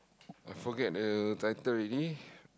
I forget the tittle already